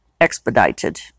expedited